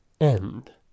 End